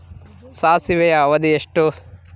ಸಾಸಿವೆಯ ಅವಧಿ ಎಷ್ಟು?